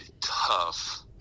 tough